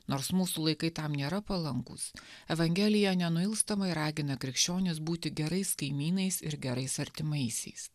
nors mūsų laikai tam nėra palankūs evangelija nenuilstamai ragina krikščionis būti gerais kaimynais ir gerais artimaisiais